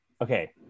Okay